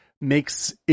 makes